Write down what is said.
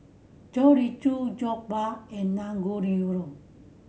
Chorizo Jokbal and Dangojiru